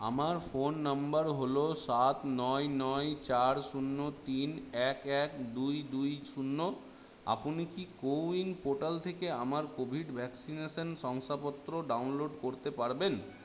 আমার ফোন নম্বর হল সাত নয় নয় চার শূন্য তিন এক এক দুই দুই শূন্য আপনি কি কো উইন পোর্টাল থেকে আমার কোভিড ভ্যাকসিনেশন শংসাপত্র ডাউনলোড করতে পারবেন